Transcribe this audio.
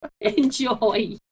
Enjoy